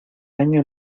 año